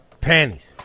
Panties